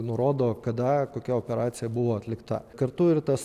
nurodo kada kokia operacija buvo atlikta kartu ir tas